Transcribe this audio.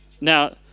Now